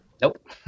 Nope